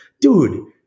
dude